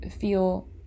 feel